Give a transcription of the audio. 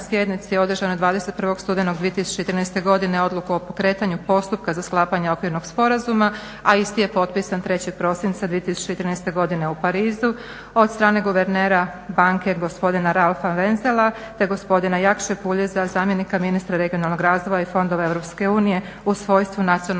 sjednici održanoj 22. studenog 2013. godine odluku o pokretanju postupka za sklapanje okvirnog sporazuma, a isti je potpisan 3. prosinca 2013. godine u Parizu od strane guvernera banke gospodina Rolfa Wenzela te gospodina Jakše Puljiza, zamjenika ministra regionalnog razvoja i fondova Europske unije u svojstvu nacionalnog